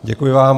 Děkuji vám.